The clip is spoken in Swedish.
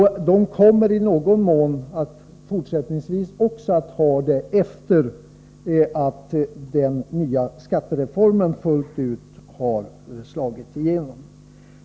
De kommer även fortsättningsvis att ha det, sedan den nya skattereformen fullt ut har slagit igenom.